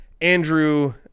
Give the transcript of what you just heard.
Andrew